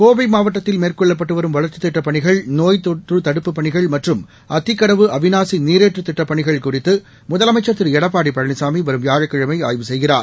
கோவை மாவட்டத்தில் மேற்கொள்ளப்பட்டு வரும் வளர்ச்சித் திட்டப் பணிகள் நோய் தொற்று தடுப்புப் பணிகள் மற்றும் அத்திக்கடவு அவிநாசி நீரேற்று திட்டப்பணிகள் குறித்து முதலமைச்சி திரு எடப்பாடி பழனிசாமி வரும் வியாழக்கிழமை ஆய்வு செய்கிறார்